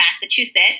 Massachusetts